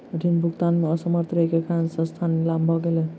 ऋण भुगतान में असमर्थ रहै के कारण संस्थान नीलाम भ गेलै